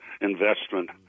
Investment